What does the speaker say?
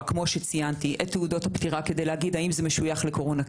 את תעודות הפטירה כדי להגיד אם זה משויך לקורונה,